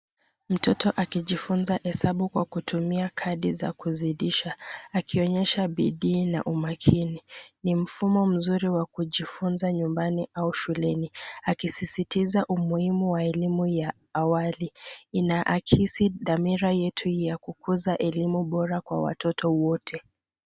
Mtoto akijifunza hesabu kwa kutumia kadi za kuzidisha akionyesha bidii na umakini. Ni mfumo mzuri wa kujifunza nyumbani au shuleni akisisitiza umuhimu wa elimu ya awali. Inaakisi dhamira yetu ya kukuza elimu bora kwa watoto wote.